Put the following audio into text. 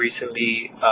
recently